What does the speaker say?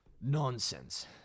nonsense